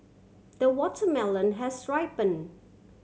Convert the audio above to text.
the watermelon has ripen